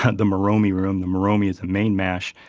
kind of the moromi room. the moromi is a main mash.